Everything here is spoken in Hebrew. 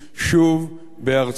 שוב, בארצנו.